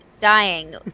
dying